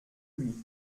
lui